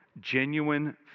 genuine